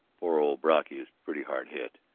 poor old brocky is pretty hard hit,